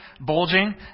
bulging